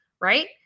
Right